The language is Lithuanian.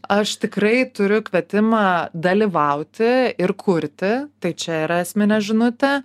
aš tikrai turiu kvietimą dalyvauti ir kurti tai čia yra esminė žinutė